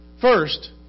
first